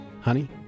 Honey